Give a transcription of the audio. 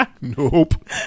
Nope